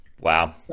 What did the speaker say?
wow